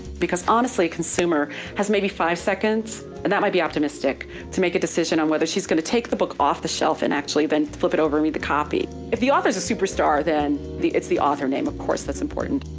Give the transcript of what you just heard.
because honestly a consumer has maybe five seconds and that might be optimistic to make a decision on whether she's going to take the book off the shelf and actually then flip it over and read the copy. if the author's a superstar, then it's the author name, of course that's important.